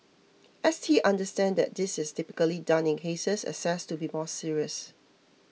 S T understands that this is typically done in cases assessed to be more serious